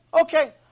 okay